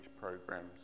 programs